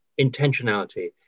intentionality